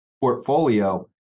portfolio